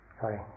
sorry